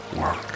work